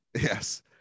yes